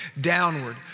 downward